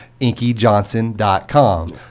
inkyjohnson.com